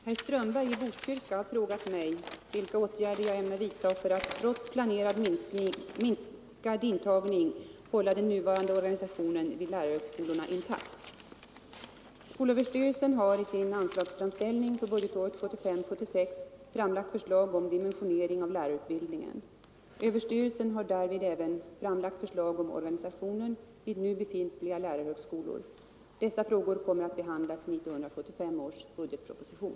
Herr talman! Herr Strömberg i Botkyrka har frågat mig vilka åtgärder jag ämnar vidta för att trots planerad minskad intagning hålla den nuvarande organisationen vid lärarhögskolorna intakt. Skolöverstyrelsen har i sin anslagsframställning för budgetåret 1975/76 framlagt förslag om dimensionering av lärarutbildningen. Överstyrelsen har därvid även framlagt förslag om organisationen vid nu befintliga lärarhögskolor. Dessa frågor kommer att behandlas i 1975 års budgetproposition.